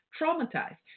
traumatized